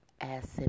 Acid